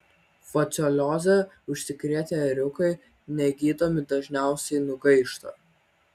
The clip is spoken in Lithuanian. fasciolioze užsikrėtę ėriukai negydomi dažniausiai nugaišta